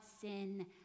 sin